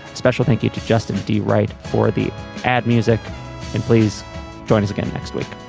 special thank you to justin d right for the add music and please join us again next week